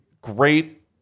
Great